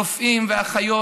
רופאים ואחיות,